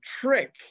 trick